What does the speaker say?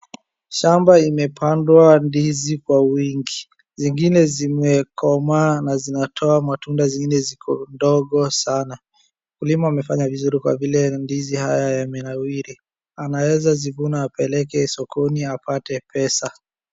Shamba imepandwa ndizi kwa wingi. Zingine zimekomaa na zinatoa matunda, zingine ziko ndogo sana. Mkulima amefanya vizuri kwa vile ndizi haya yamenawiri. Anaweza zivuna apeleke sokoni apate pesa.